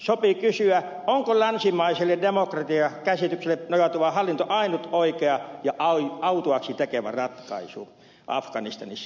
sopii kysyä onko länsimaiseen demokratiakäsitykseen nojautuva hallinto ainut oikea ja autuaaksi tekevä ratkaisu afganistanissa